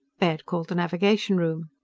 baird called the navigation room.